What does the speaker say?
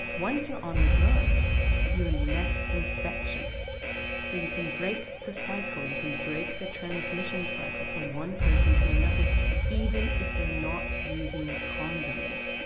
once you're on the drugs you're less infectious so you can break the cycle, you can break the transmission cycle from one person to another even if they're not using condoms.